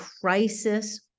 crisis